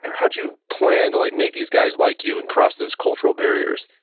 how'd you plan to like make these guys like you and cross those cultural barriers?